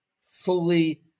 fully